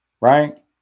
Right